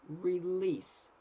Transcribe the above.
release